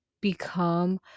become